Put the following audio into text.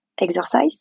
exercise